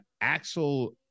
Axel